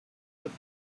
their